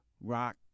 rock